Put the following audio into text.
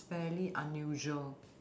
fairly unusual